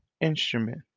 instrument